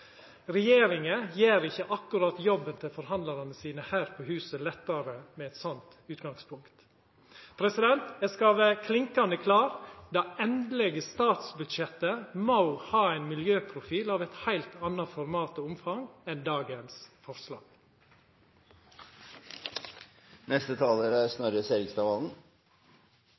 Regjeringa gjer ikkje akkurat jobben til forhandlarane sine her på huset lettare med eit sånt utgangspunkt. Eg skal vera klinkande klar: Det endelege statsbudsjettet må ha ein miljøprofil av eit heilt anna format og omfang enn dagens